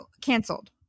canceled